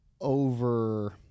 over